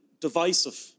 divisive